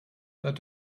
that